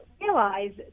Realize